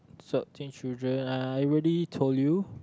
shortchange children ah already told you